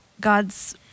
God's